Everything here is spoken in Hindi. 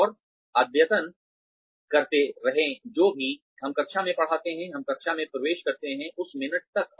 और अद्यतन करते रहें जो भी हम कक्षा में पढ़ाते हैं हम कक्षा में प्रवेश करते हैं उस मिनट तक